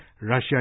Russia